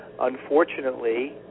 Unfortunately